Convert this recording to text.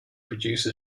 produce